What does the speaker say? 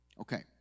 Okay